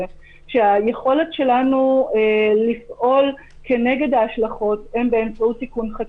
שהיכולת שלנו לפעול נגד ההשלכות היא באמצעות תיקון חקיקה.